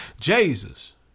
Jesus